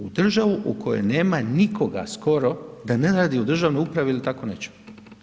U državu u kojoj nema nikoga skoro, da ne radi u državnoj upravi ili tko nečemu.